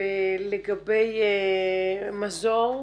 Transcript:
ולגבי מזור?